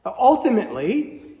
Ultimately